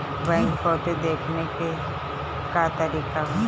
Bank पवती देखने के का तरीका बा?